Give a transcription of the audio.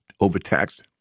overtaxed